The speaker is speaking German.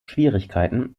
schwierigkeiten